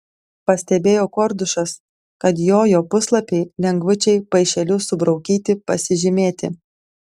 pastebėjo kordušas kad jojo puslapiai lengvučiai paišeliu subraukyti pasižymėti